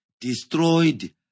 destroyed